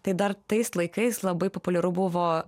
tai dar tais laikais labai populiaru buvo